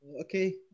Okay